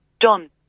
done